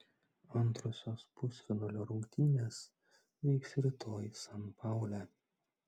antrosios pusfinalio rungtynės vyks rytoj san paule